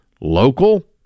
local